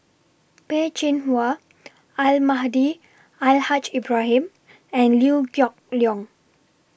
Peh Chin Hua Almahdi Al Haj Ibrahim and Liew Geok Leong